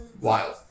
Wild